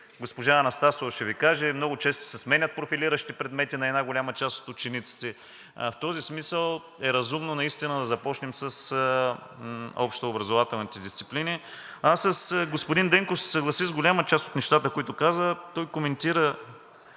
Госпожа Анастасова ще Ви каже – много често се сменят профилиращи предмети на една голяма част от учениците. В този смисъл е разумно наистина да започнем с общообразователните дисциплини. С господин Денков ще се съглася с голяма част от нещата, които каза. Той коментира,